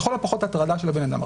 לכל הפחות הטרדה של הבן-אדם.